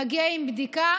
מגיע עם בדיקה,